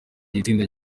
itsinda